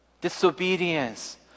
Disobedience